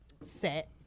set